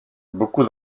beaucoup